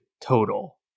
total